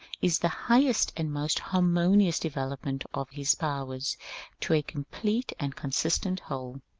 is the highest and most harmonious development of his powers to a complete and con sistent whole.